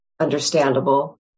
understandable